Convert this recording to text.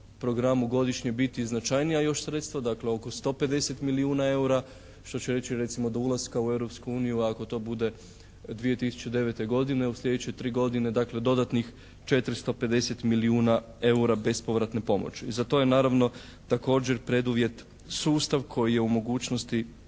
programu godišnje biti značajnija još sredstva, dakle oko 150 milijuna EUR-a što će reći recimo do ulaska u Europsku uniju ako to bude 2009. godine u sljedeće 3 godine dakle dodatnih 450 milijuna EUR-a bezpovratne pomoći. I za to je naravno također preduvjet sustav koji je u mogućnosti